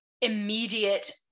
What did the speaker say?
immediate